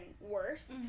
worse